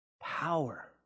Power